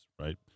right